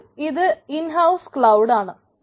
അപ്പോൾ ഇത് in house cloud ആണ്